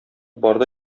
барды